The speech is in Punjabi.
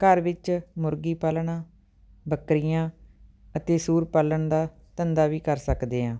ਘਰ ਵਿੱਚ ਮੁਰਗੀ ਪਾਲਣਾ ਬੱਕਰੀਆਂ ਅਤੇ ਸੂਰ ਪਾਲਣ ਦਾ ਧੰਦਾ ਵੀ ਕਰ ਸਕਦੇ ਹਾਂ